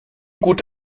gut